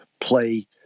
play